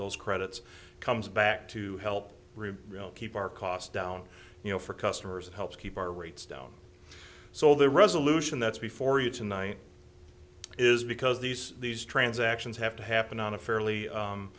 those credits comes back to help we'll keep our costs down you know for customers and help keep our rates down so the resolution that's before you tonight is because these these transactions have to happen on a